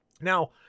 Now